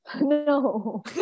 No